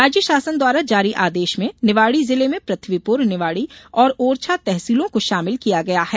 राज्य शासन द्वारा जारी आदेश में निवाड़ी जिले में पृथ्वीपुर निवाड़ी और ओरछा तहसीलों को शामिल किया गया है